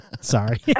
Sorry